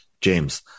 James